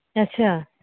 अच्छा